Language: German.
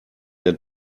der